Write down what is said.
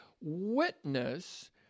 witness